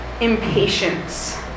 impatience